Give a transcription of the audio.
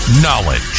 Knowledge